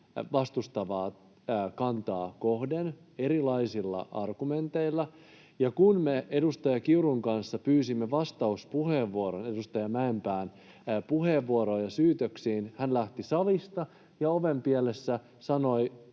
vastustavaa kantaamme kohden erilaisilla argumenteilla, ja kun me edustaja Kiurun kanssa pyysimme vastauspuheenvuoron edustaja Mäenpään puheenvuoroon ja syytöksiin, hän lähti salista ja ovenpielessä sanoi